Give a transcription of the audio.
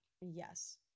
Yes